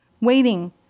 waiting